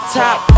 top